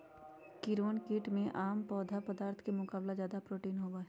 कीड़वन कीट में आम खाद्य पदार्थ के मुकाबला ज्यादा प्रोटीन होबा हई